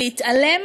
להתעלם